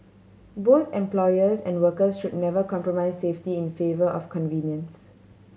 both employers and workers should never compromise safety in favour of convenience